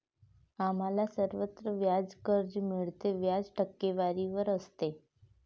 आम्हाला सर्वत्र व्याजावर कर्ज मिळते, व्याज टक्केवारीवर असते